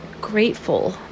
grateful